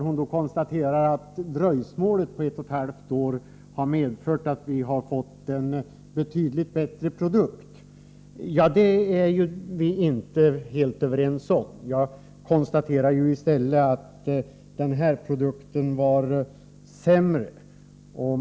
Hon konstaterade att dröjsmålet på ett och ett halvt år har medfört att vi har fått en betydligt bättre produkt. Det kan jag inte hålla med om. I stället tycker jag att den här produkten är sämre.